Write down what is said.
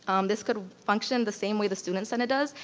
um this could function the same way the student senate does,